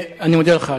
אני מודה לך.